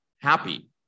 happy